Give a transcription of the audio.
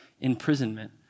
imprisonment